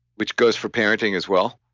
which goes for parenting as well.